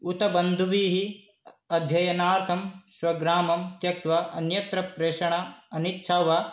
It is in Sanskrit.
उत बन्धुभिः अध्ययनार्थं स्वग्रामं त्यक्त्वा अन्यत्र प्रेषणात् अनिच्छा वा